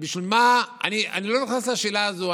אני לא נכנס לשאלה הזו,